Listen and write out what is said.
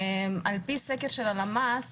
על-פי סקר של הלמ"ס,